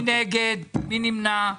הוקצו כבר כמעט 900 מיליון שקלים מאז ההחלטה.